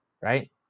right